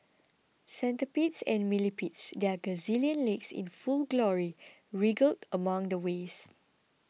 centipedes and millipedes their gazillion legs in full glory wriggled among the waste